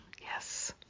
Yes